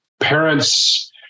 parents